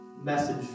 message